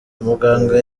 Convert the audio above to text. umuganga